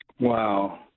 Wow